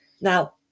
Now